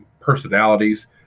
personalities